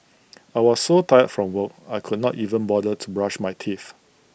I was so tired from work I could not even bother to brush my teeth